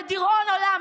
לדיראון העולם,